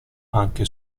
anche